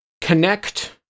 connect